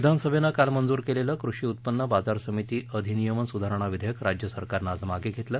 विधानसभेनं काल मंजूर केलेलं कृषी उत्पन्न बाजार समिती अधिनियम सुधारणा विधेयक राज्यसरकारनं आज मागे घेतलं